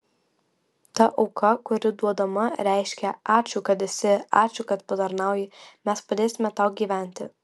ta auka kuri duodama reiškia ačiū kad esi ačiū kad patarnauji mes padėsime tau gyventi